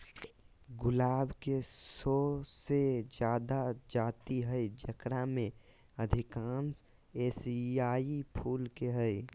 गुलाब के सो से जादा जाति हइ जेकरा में अधिकांश एशियाई मूल के हइ